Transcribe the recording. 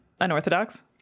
unorthodox